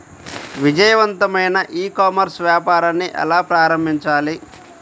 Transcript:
విజయవంతమైన ecommerce వ్యాపారాన్ని ఎలా ప్రారంభించాలి?